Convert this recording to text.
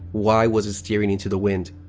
why was it steering into the wind?